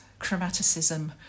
chromaticism